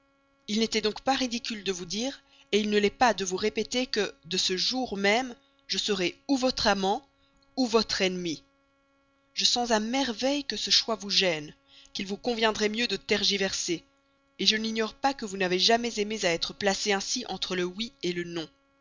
il n'était donc pas ridicule de vous dire il ne l'est pas de vous répéter que de ce jour même je serai votre amant ou votre ennemi je sens à merveille que ce choix vous gêne qu'il vous conviendrait mieux de tergiverser je n'ignore pas que vous n'avez jamais aimé à être placée ainsi entre le oui le non